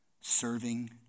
serving